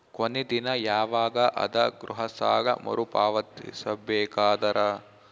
ಕೊನಿ ದಿನ ಯವಾಗ ಅದ ಗೃಹ ಸಾಲ ಮರು ಪಾವತಿಸಬೇಕಾದರ?